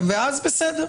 ואז זה בסדר,